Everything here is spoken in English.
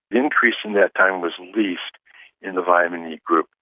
increase in that time was least in the vitamin e group.